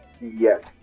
Yes